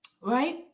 Right